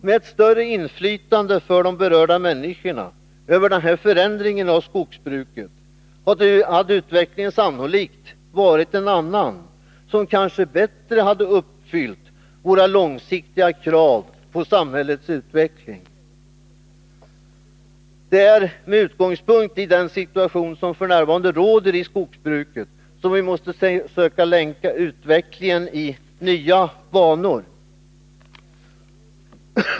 Med ett större inflytande för de berörda människorna över denna förändring av skogsbruket hade utvecklingen sannolikt varit en annan, som kanske bättre hade uppfyllt våra långsiktiga krav på samhällets utveckling. Det är dock med utgångspunkt i den situation som f. n. råder i skogsbruket som vi måste söka länka in utvecklingen i nya banor.